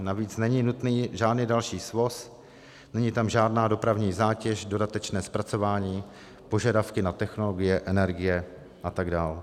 Navíc není nutný žádný další svoz, není tam žádná dopravní zátěž, dodatečné zpracování, požadavky na technologie, energie atd.